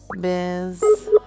biz